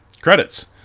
Credits